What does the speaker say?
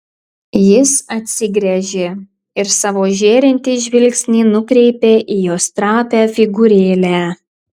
jis atsigręžė ir savo žėrintį žvilgsnį nukreipė į jos trapią figūrėlę